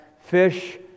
Fish